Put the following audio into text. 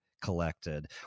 collected